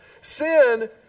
Sin